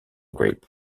group